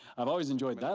i've always enjoyed